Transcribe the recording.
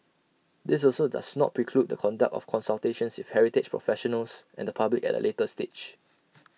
this also does not preclude the conduct of consultations with heritage professionals and the public at A later stage